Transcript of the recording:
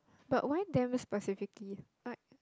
but why them specifically like